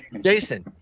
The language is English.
jason